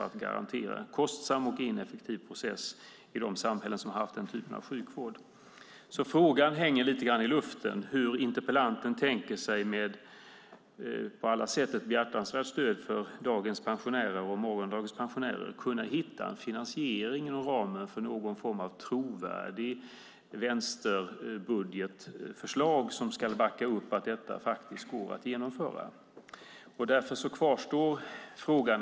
Det har inneburit en kostsam och ineffektiv process i de samhällen som haft den typen av sjukvård. Frågan hänger lite grann i luften vad beträffar hur interpellanten tänker sig att för dagens och morgondagens pensionärer kunna hitta en finansiering inom ramen för någon form av trovärdigt vänsterbudgetförslag, en på alla sätt behjärtansvärd tanke, som ska backa upp att detta går att genomföra. Därför kvarstår frågan.